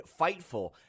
Fightful